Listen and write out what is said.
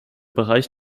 bereich